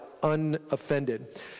unoffended